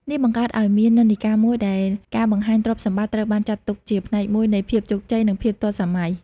នេះបង្កើតឱ្យមាននិន្នាការមួយដែលការបង្ហាញទ្រព្យសម្បត្តិត្រូវបានចាត់ទុកជាផ្នែកមួយនៃភាពជោគជ័យ និងភាពទាន់សម័យ។